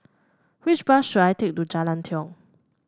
which bus should I take to Jalan Tiong